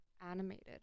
animated